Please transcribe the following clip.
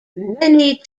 many